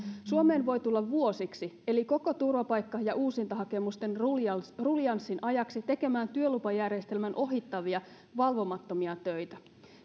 suomeen voi tulla vuosiksi eli koko turvapaikka ja uusintahakemusten ruljanssin ruljanssin ajaksi tekemään työlupajärjestelmän ohittavia valvomattomia töitä